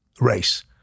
race